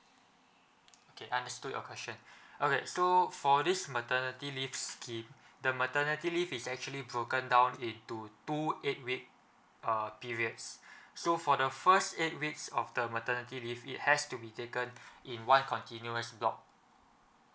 okay understood your question okay so for this maternity leave scheme the maternity leave is actually broken down into two eight week uh periods so for the first eight weeks of the maternity leave it has to be taken in one continuous block